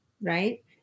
right